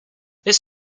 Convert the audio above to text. this